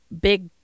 big